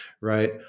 right